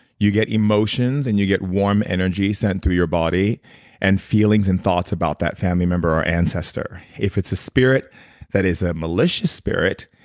you get emotions and you get warm energy sent through your body and feelings and thoughts about that family member or ancestor. if it's a spirit that is a malicious spirit,